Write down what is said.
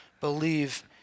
believe